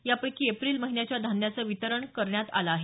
या पैकी एप्रिल महिन्याच्या धान्याचं वितरण करण्यात आलं आहे